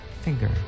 Finger